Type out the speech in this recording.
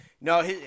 no